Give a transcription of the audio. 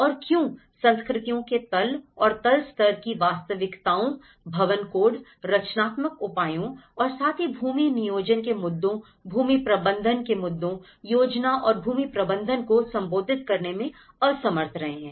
और क्यों संस्कृतियों के तल और तल स्तर की वास्तविकताओं भवन कोड रचनात्मक उपायों और साथ ही भूमि नियोजन के मुद्दों भूमि प्रबंधन के मुद्दों योजना और भूमि प्रबंधन को संबोधित करने में असमर्थ रहे हैं